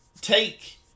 take